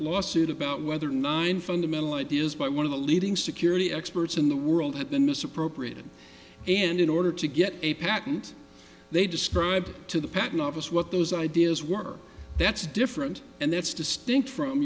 lawsuit about whether nine fundamental ideas by one of the leading security experts in the world have been misappropriated and in order to get a patent they describe to the patent office what those ideas were that's different and that's distinct from